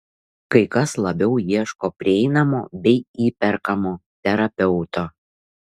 kai kas labiau ieško prieinamo bei įperkamo terapeuto